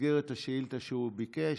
במסגרת השאילתה שהוא ביקש,